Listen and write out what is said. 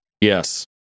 Yes